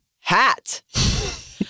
hat